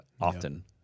often